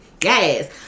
Yes